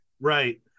Right